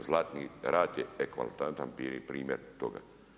Zlatni rat je eklatantan primjer toga.